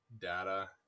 data